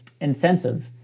incentive